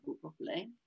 properly